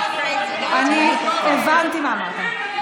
אני הבנתי מה אמרת.